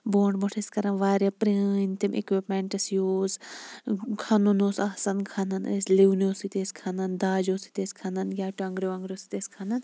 برٛونٛٹھ برٛونٛٹھ ٲسۍ کَران واریاہ پرٲنٛۍ تِم اِکوِپمیٚنٹٕس یوٗز کھَنُن اوس آسَان کھَنَان ٲسۍ لِونیٚو سۭتۍ ٲسۍ کھَنَان داجَو سۭتۍ ٲسۍ کھَنَان یا ٹوٚنٛگرٕ ووٚنٛگرٕ سۭتۍ ٲسۍ کھَنَان